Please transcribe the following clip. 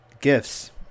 gifts